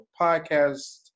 podcast